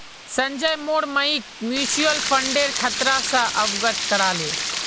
संजय मोर मइक म्यूचुअल फंडेर खतरा स अवगत करा ले